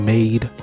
Made